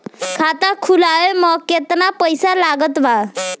खाता खुलावे म केतना पईसा लागत बा?